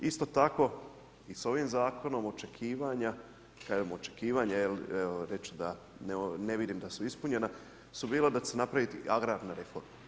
Isto tako i s ovim zakonom očekivanja, kažem očekivanja jer reći ću da ne vidim da su ispunjena su bila da će se napraviti agrarna reforma.